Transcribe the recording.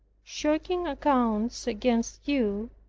shocking accounts against you,